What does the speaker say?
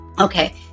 okay